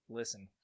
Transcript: listen